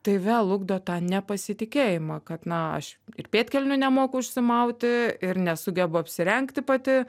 tai vėl ugdo tą nepasitikėjimą kad na aš ir pėdkelnių nemoku užsimauti ir nesugebu apsirengti pati